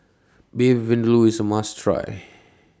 Beef Vindaloo IS A must Try